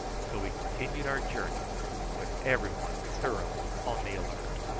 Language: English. so we continued our journey with every one thoroughly on the alert.